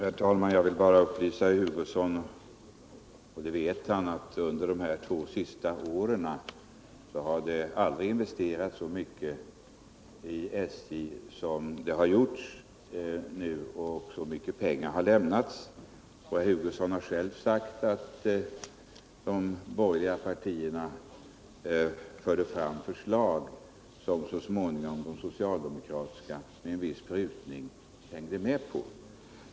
Herr talman! Jag vill bara upplysa herr Hugosson om — han vet det redan — att det aldrig har investerats så mycket i eller betalats ut så mycket pengar till SJ som just under de senaste åren. Herr Hugosson har själv sagt att de borgerliga partierna förde fram förslag som socialdemokraterna så småningom, med en viss prutning, hängde med på.